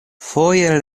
foje